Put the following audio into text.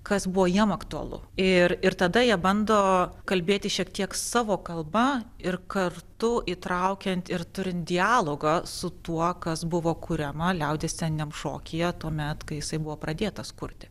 kas buvo jiem aktualu ir ir tada jie bando kalbėti šiek tiek savo kalba ir kartu įtraukiant ir turint dialogą su tuo kas buvo kuriama liaudies sceniniam šokyje tuomet kai jisai buvo pradėtas kurti